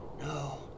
No